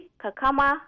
kakama